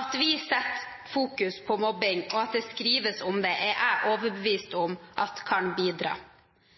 At vi setter fokus på mobbing, og at det skrives om det, er jeg overbevist om kan bidra.